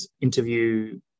interview